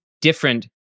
different